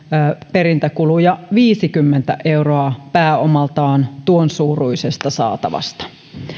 perintäkuluja viisikymmentä euroa pääomaltaan tuon suuruisesta saatavasta